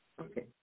Okay